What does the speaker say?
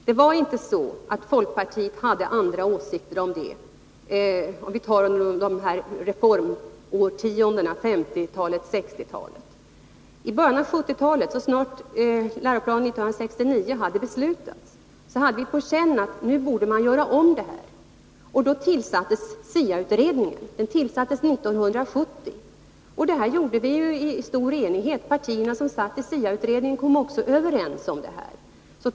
Folkpartiet hade inte några andra åsikter om detta under reformårtiondena — 1950 och 1960-talen. I början av 1970-talet, så snart det fattades beslut om Läroplan 69, hade vi på känn att vi nu borde göra om detta. Då tillsattes SIA-utredningen 1970. Det gjorde vi i stor enighet. De partier som satt i SIA-utredningen kom också överens.